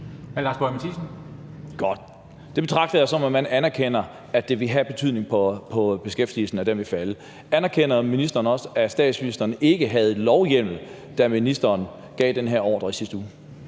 Lars Boje Mathiesen (NB): Godt. Det betragter jeg sådan, at man anerkender, at det vil have betydning for beskæftigelsen, altså at den vil falde. Anerkender ministeren også, at statsministeren ikke havde lovhjemmel, da ministeren gav den her ordre i sidste uge?